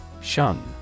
Shun